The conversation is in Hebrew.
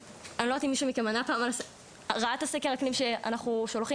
אני לא יודעת אם מישהו מכם ראה פעם את הסקר אקלים שאנחנו שולחים,